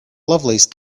lovelace